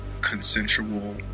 consensual